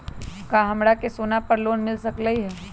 का हमरा के सोना पर लोन मिल सकलई ह?